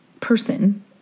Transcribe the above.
person